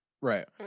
Right